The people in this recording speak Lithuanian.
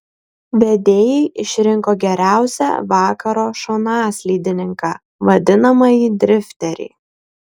vedėjai išrinko geriausią vakaro šonaslydininką vadinamąjį drifterį